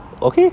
okay